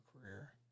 career